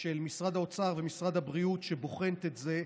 של משרד האוצר ומשרד הבריאות שבוחנת את זה,